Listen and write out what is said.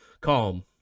calm